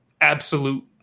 absolute